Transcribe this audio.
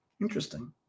Interesting